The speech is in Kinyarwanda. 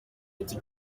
eshatu